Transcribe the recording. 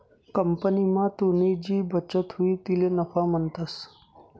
कंपनीमा तुनी जी बचत हुई तिले नफा म्हणतंस